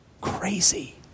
crazy